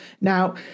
Now